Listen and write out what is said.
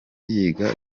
yiga